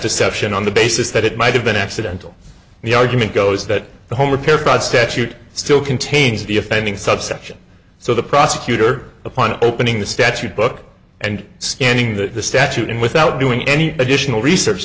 deception on the basis that it might have been accidental the argument goes that the home repair fraud statute still contains the offending subsection so the prosecutor upon opening the statute book and scanning the statute and without doing any additional research